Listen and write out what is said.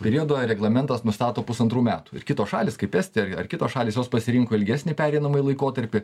periodo reglamentas nustato pusantrų metų ir kitos šalys kaip estija ar kitos šalys jos pasirinko ilgesnį pereinamąjį laikotarpį